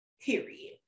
Period